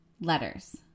letters